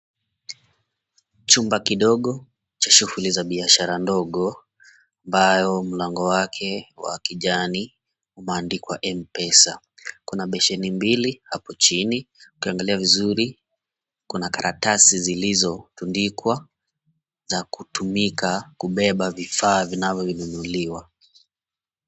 Chumba kidogo cha shughuli za biashara ndogo, ambayo mlango wake wa kijani umeandikwa mpesa. Kuna besheni mbili hapo chini, ukiangalia vizuri kuna karatasi zilizotundikwa za kutumika kubeba vifaa vinavyo nunuliwa.